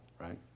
right